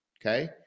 okay